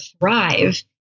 thrive